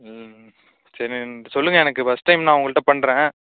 ம் சரி சொல்லுங்க எனக்கு ஃபஸ்ட் டைம் நான் உங்ககிட்ட பண்ணுறன்